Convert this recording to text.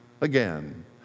Again